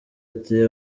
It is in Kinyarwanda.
ati